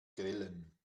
grillen